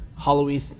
Halloween